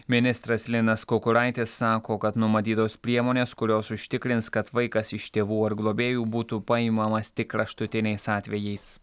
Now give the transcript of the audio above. ministras linas kukuraitis sako kad numatytos priemonės kurios užtikrins kad vaikas iš tėvų ar globėjų būtų paimamas tik kraštutiniais atvejais